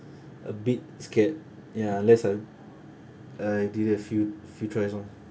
a bit scared ya unless I I did a few few tries lor